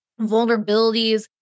vulnerabilities